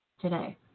today